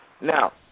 Now